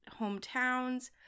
hometowns